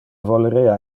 volerea